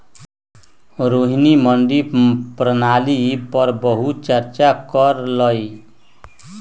रोहिणी मंडी प्रणाली पर बहुत चर्चा कर लई